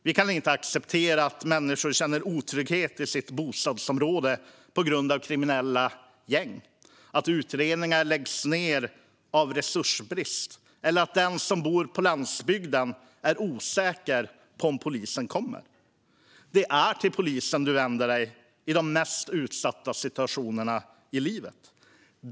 Vi kan inte acceptera att människor känner otrygghet i sitt bostadsområde på grund av kriminella gäng, att utredningar läggs ned på grund av resursbrist eller att den som bor på landsbygden är osäker på om polisen kommer. Det är till polisen du vänder dig i de mest utsatta situationerna i livet.